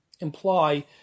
imply